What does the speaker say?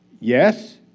yes